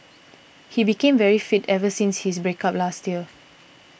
he became very fit ever since his break up last year